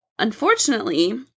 Unfortunately